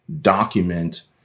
document